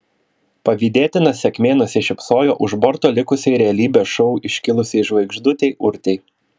pavydėtina sėkmė nusišypsojo už borto likusiai realybės šou iškilusiai žvaigždutei urtei